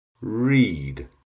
read